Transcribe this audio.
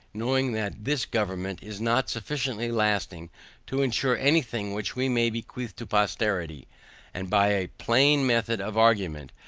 knowing that this government is not sufficiently lasting to ensure any thing which we may bequeath to posterity and by a plain method of argument,